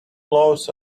laws